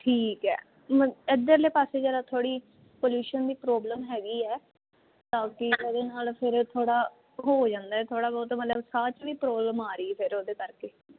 ਠੀਕ ਹੈ ਮ ਇੱਧਰਲੇ ਪਾਸੇ ਜਰਾ ਥੋੜ੍ਹੀ ਪਲਿਊਸ਼ਨ ਦੀ ਪ੍ਰੋਬਲਮ ਹੈਗੀ ਹੈ ਤਾਂਕਿ ਇਹਦੇ ਨਾਲ ਫਿਰ ਥੋੜ੍ਹਾ ਹੋ ਜਾਂਦਾ ਥੋੜ੍ਹਾ ਬਹੁਤ ਮਤਲਬ ਸਾਹ 'ਚ ਵੀ ਪ੍ਰੋਬਲਮ ਆ ਰਹੀ ਫਿਰ ਉਹਦੇ ਕਰਕੇ